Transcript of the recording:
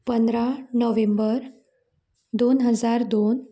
पंदरा नोव्हेंबर दोन हजार दोन